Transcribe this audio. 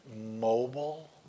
mobile